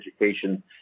education